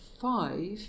five